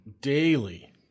daily